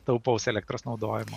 taupaus elektros naudojimo